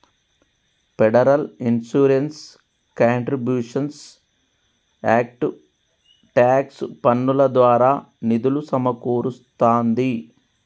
federal insurance contributions act tax పన్నుల ద్వారా నిధులు సమకూరుస్తాంది